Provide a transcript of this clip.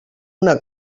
una